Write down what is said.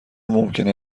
ممکنه